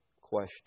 question